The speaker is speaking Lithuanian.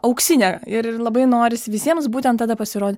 auksinė ir labai norisi visiems būtent tada pasirodyt